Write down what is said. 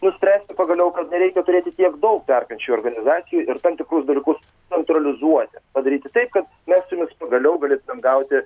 nuspręsti pagaliau kad nereikia turėti tiek daug perkančiųjų organizacijų ir tam tikrus dalykus neutralizuoti padaryti taip kad mes su jumis pagaliau galėtumėm gauti